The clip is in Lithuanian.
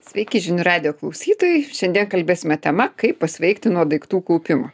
sveiki žinių radijo klausytojai šiandien kalbėsime tema kaip pasveikti nuo daiktų kaupimo